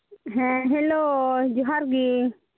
ᱦᱮᱸ ᱦᱮᱞᱳ ᱡᱚᱦᱟᱨ ᱜᱮ